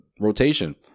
rotation